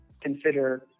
consider